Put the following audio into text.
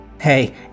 Hey